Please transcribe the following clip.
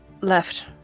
left